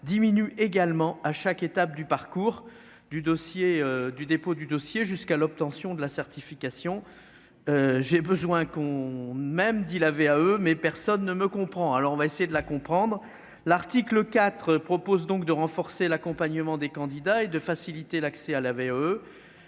diminue également à chaque étape du parcours du dossier du dépôt du dossier jusqu'à l'obtention de la certification, j'ai besoin qu'ont même dit la VAE mais personne ne me comprend alors on va essayer de la comprendre l'article IV propose donc de renforcer l'accompagnement des candidats et de faciliter l'accès à l'AVE